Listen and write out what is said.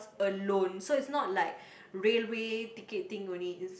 alone so it's not like railway ticketing only is